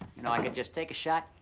you know, i could just take shot,